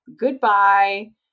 goodbye